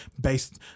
based